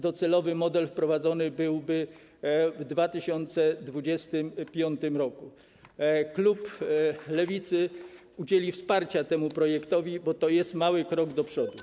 Docelowy model wprowadzony byłby w 2025 r. Klub Lewicy udzieli wsparcia temu projektowi, bo to jest mały krok do przodu.